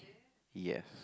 ya